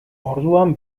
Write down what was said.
orduan